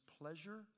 pleasure